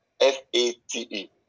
F-A-T-E